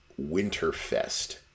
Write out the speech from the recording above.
Winterfest